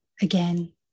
Again